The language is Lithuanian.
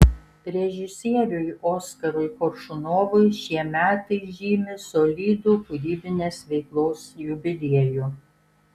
režisieriui oskarui koršunovui šie metai žymi solidų kūrybinės veiklos jubiliejų